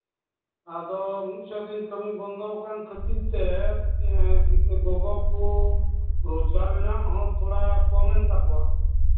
ᱟᱫᱚ ᱢᱤᱫ ᱥᱚ ᱫᱤᱱ ᱨᱮᱱᱟᱜ ᱠᱟᱹᱢᱤ ᱵᱚᱱᱫᱚ ᱟᱠᱟᱱ ᱠᱷᱟᱹᱛᱤᱨ ᱛᱮ ᱜᱚᱜᱚ ᱠᱚ ᱨᱳᱡᱜᱟᱨ ᱨᱮᱱᱟᱜ ᱦᱚᱸ ᱛᱷᱚᱲᱟ ᱠᱚᱢ ᱮᱱ ᱛᱟᱠᱚᱣᱟ